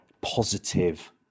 positive